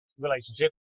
relationship